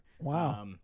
Wow